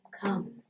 come